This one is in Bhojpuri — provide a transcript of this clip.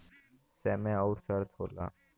समय अउर शर्त होला